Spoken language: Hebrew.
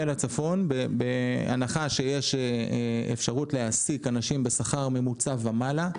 לצפון בהנחה שיש אפשרות להעסיק אנשים בשכר ממוצע ומעלה.